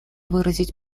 выразить